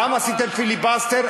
למה עשיתם פיליבסטר.